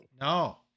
No